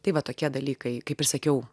tai va tokie dalykai kaip ir sakiau